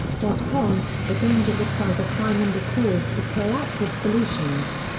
dot con the dangers of cyber crime and a call for proactive solutions.